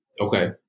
Okay